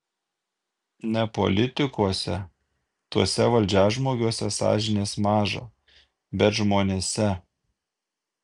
ne politikuose tuose valdžiažmogiuose sąžinės maža bet žmonėse